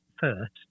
first